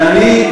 ואני,